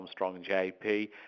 ArmstrongJP